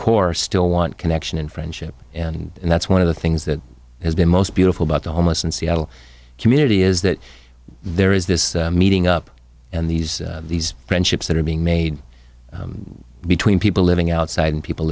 core still want connection and friendship and that's one of the things that has been most beautiful about the homeless and seattle community is that there is this meeting up and these these friendships that are being made between people living outside and people